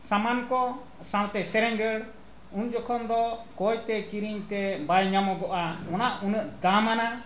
ᱥᱟᱢᱟᱱ ᱠᱚ ᱥᱟᱶᱛᱮ ᱥᱮᱨᱮᱧ ᱨᱟᱹᱲ ᱩᱱ ᱡᱚᱠᱷᱚᱱ ᱫᱚ ᱠᱚᱭᱛᱮ ᱠᱤᱨᱤᱧᱛᱮ ᱵᱟᱭ ᱧᱟᱢᱚᱜᱚᱜᱼᱟ ᱚᱱᱟ ᱩᱱᱟᱹᱜ ᱫᱟᱢᱟᱱᱟ